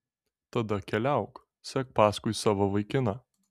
tada keliauk sek paskui savo vaikiną